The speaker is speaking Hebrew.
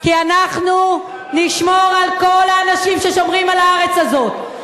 כי אנחנו נשמור על כל האנשים ששומרים על הארץ הזאת.